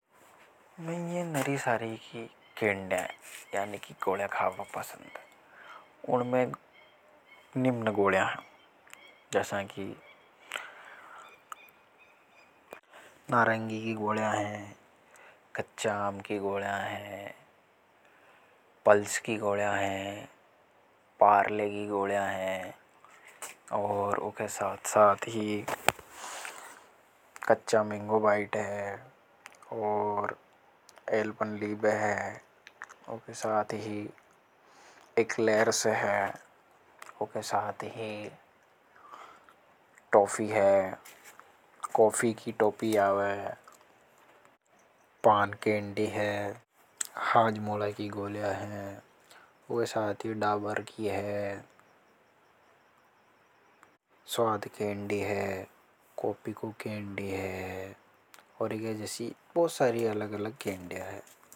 मैं नरी सारी की केंड्या है यानि कीगोलियां खाबो पसंद है। उनमें निम्न गोलियां है। जैसा की नारंगी की गोलियां है कच्चाम की गोलियां है पल्स की गोड़ा है पारले की गोलियां है और उके साथ साथ ही कच्चा मिंगो बाइट है। है और एलपन लीब है ओके साथ ही एक लेयर से है ओके साथ ही है टॉफी है कॉफी की टॉपी आवे। पान केंडी है हाजमूला की गोल्या है वह साथ यह डाबर की है। स्वाद केंडी है कॉफी को केंडी है और एक जैसी बहुत सारी अलग-अलग केंडीया है।